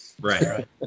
Right